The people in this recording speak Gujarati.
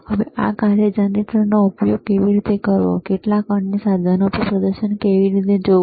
હવે આ કાર્ય જનરેટરનો ઉપયોગ કેવી રીતે કરવો અને કેટલાક અન્ય સાધનો પર પ્રદર્શન કેવી રીતે જોવું